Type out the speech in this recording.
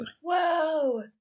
Whoa